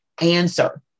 answer